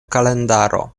kalendaro